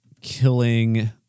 killing